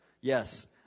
Yes